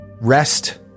rest